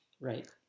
Right